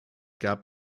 gab